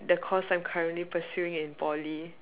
the course I'm currently pursuing in Poly